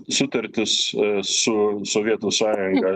sutartis su sovietų sąjunga